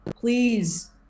please